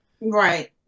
Right